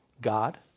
God